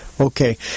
Okay